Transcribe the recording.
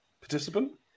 participant